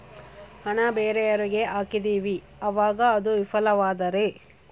ಹಣ ಬೇರೆಯವರಿಗೆ ಹಾಕಿದಿವಿ ಅವಾಗ ಅದು ವಿಫಲವಾದರೆ?